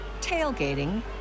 tailgating